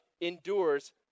endures